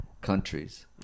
countries